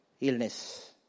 illness